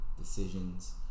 decisions